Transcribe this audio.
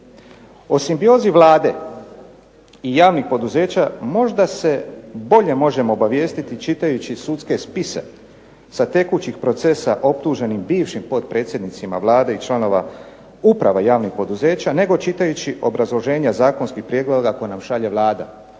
O simbiozi Vlade i javnih poduzeća možda se bolje možemo obavijestiti čitajući sudske spise sa tekućih procesa optuženim bivšim potpredsjednicima Vlade i članova uprava javnih poduzeća nego čitajući obrazloženja zakonskih prijedloga koje nam šalje Vlada.